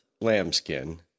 lambskin